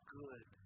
good